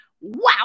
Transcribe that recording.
Wow